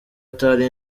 atari